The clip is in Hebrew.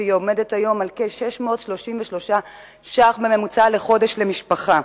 והיא עומדת היום על כ-633 שקלים בממוצע לחודש למשפחה.